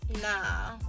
Nah